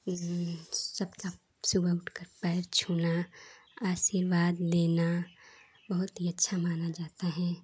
सबका सुबह उठकर पैर छूना आशीर्वाद लेना बहुत ही अच्छा माना जाता है